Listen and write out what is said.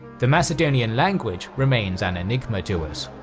the macedonian language remains an enigma to us.